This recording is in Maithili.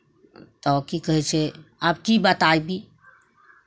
तऽ की कहै छै आब की बताबी